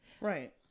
Right